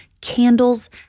Candles